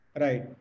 right